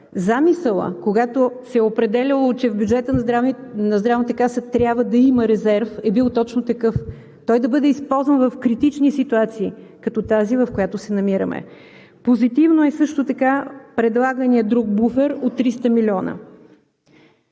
Замисълът, когато се е определяло, че в бюджета на Здравната каса трябва да има резерв, е бил точно такъв – той да бъде използван в критични ситуации, като тази, в която се намираме. Позитивно е също така предлаганият друг буфер от 300 милиона.